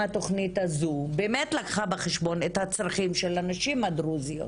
התוכנית הזאת לקחה בחשבון את הצרכים של הנשים הדרוזיות.